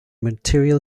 material